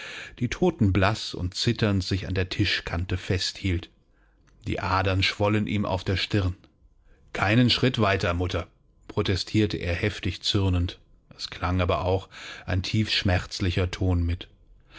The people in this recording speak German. die totenblaß und zitternd sich an der tischkante festhielt die adern schwollen ihm auf der stirn keinen schritt weiter mutter protestierte er heftig zürnend es klang aber auch ein tiefschmerzlicher ton mit